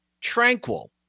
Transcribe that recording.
tranquil